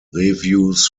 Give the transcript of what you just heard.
reviews